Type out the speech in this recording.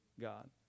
God